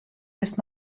bist